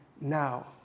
now